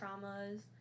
traumas